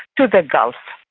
to the gulf,